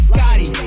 Scotty